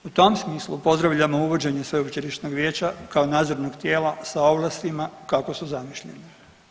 U tom smislu pozdravljamo uvođenje sveučilišnog vijeća kao nadzornog tijela sa ovlastima kako su zamišljena.